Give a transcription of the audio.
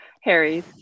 Harry's